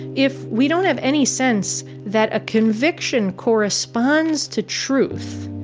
if we don't have any sense that a conviction corresponds to truth.